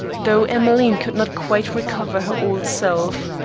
though emmeline could not quite recover her old self.